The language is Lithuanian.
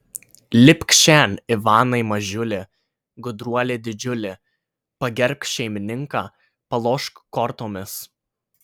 lipk šen ivanai mažiuli gudruoli didžiuli pagerbk šeimininką palošk kortomis